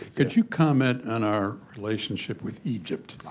could you comment on our relationship with egypt,